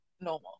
normal